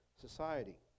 society